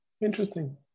Interesting